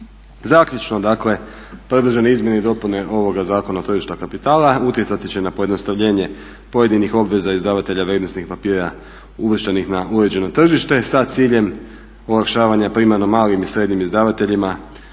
Zaključno, dakle predložene mjere i dopune ovoga Zakona o tržištu kapitala utjecati će na pojednostavljenje pojedinih obveza izdavatelja vrijednosnih papira uvrštenih na uređeno tržište sa ciljem olakšavanja primarno malim i srednjim izdavateljima